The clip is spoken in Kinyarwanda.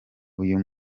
uyu